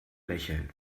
lächeln